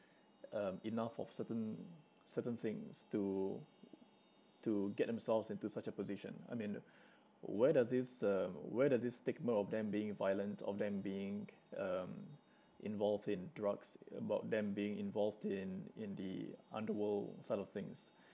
um enough of certain certain things to to get themselves into such a position I mean where does this uh where does this stigma of them being violent of them being um involved in drugs about them being involved in in the underworld side of things